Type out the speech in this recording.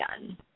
done